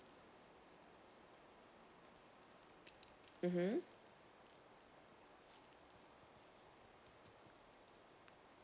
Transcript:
mmhmm